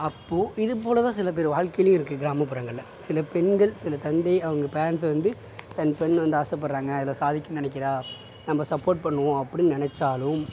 அப்போ இது போலதான் சில பேர் வாழ்க்கைலேயும் இருக்குது கிராமப்புறங்களில் சில பெண்கள் சில தந்தை அவங்க பேரண்ட்ஸை வந்து தன் பெண் வந்து ஆசைப்படுறாங்க இதை சாதிக்கணும்னு நினைக்கிறா நம்ம சப்போட் பண்ணுவோம் அப்படின்னு நெனைச்சாலும்